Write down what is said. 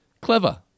clever